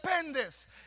dependes